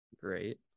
great